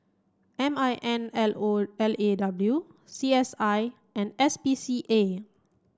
M I N L O L A W C S I and S P C A